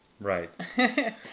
Right